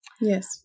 Yes